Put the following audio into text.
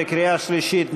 בקריאה שלישית.